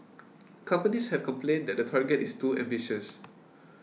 companies have complained that the target is too ambitious